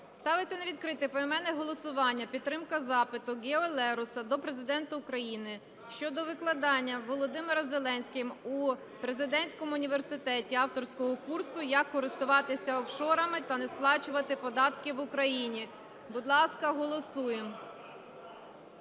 Ставиться на відкрите поіменне голосування підтримка запиту Гео Лероса до Президента України щодо викладання Володимиром Зеленським у Президентському університеті авторського курсу "Як користуватись офшорами та не сплачувати податки в Україні". Будь ласка, голосуємо.